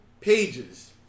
pages